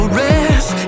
rest